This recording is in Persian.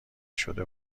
شده